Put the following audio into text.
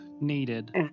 needed